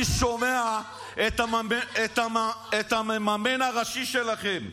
אני שומע את המממן הראשי שלכם,